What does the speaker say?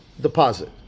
deposit